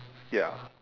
ya